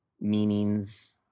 meanings